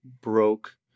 broke